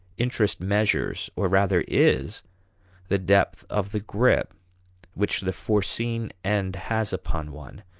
interest measures or rather is the depth of the grip which the foreseen end has upon one,